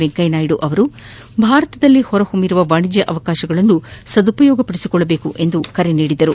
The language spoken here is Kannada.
ವೆಂಕಯ್ಯನಾಯ್ಲು ಭಾರತದಲ್ಲಿ ಹೊರಹೊಮ್ಮಿರುವ ವಾಣೆಜ್ಯ ಅವಕಾಶಗಳನ್ನು ಸದುಪಯೋಗಪಡಿಸಿಕೊಳ್ಳುವಂತೆ ಕರೆ ನೀಡಿದರು